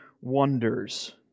wonders